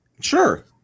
sure